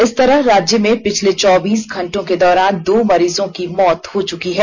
इस तरह राज्य में पिछले चौबैस घंटों के दौरान दो मरीजों की मौत हो चूकी है